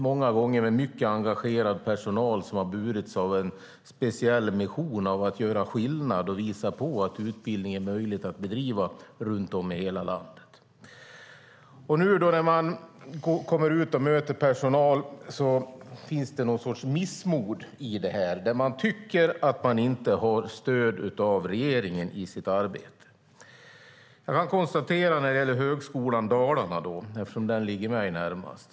Många gånger har det varit en mycket engagerad personal som har burits av en speciell mission av att göra skillnad och att visa på att utbildning är möjlig att bedriva runt om i hela landet. När man nu kommer ut och möter personal finns det någon sorts missmod. Man tycker att man inte har stöd av regeringen i sitt arbete. Jag kan konstatera hur det ser ut när det gäller Högskolan Dalarna, eftersom den ligger mig närmast.